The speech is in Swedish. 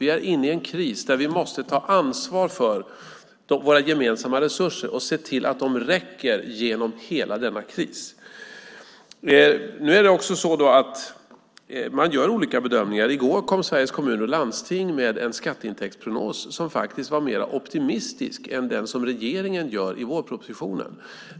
Vi är inne i en kris där vi måste ta ansvar för våra gemensamma resurser och se till att de räcker genom hela krisen. Man gör olika bedömningar. I går kom Sveriges Kommuner och Landsting med en skatteintäktsprognos som faktiskt var mer optimistisk än den regeringen gör i vårpropositionen.